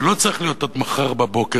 זה לא צריך להיות עד מחר בבוקר,